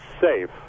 safe